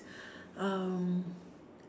um